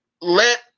let